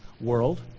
world